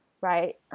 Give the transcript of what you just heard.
right